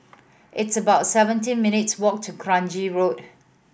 it's about seventeen minutes' walk to Kranji Road